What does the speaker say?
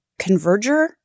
converger